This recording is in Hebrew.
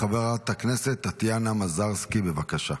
חברת הכנסת טטיאנה מזרסקי, בבקשה.